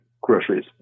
groceries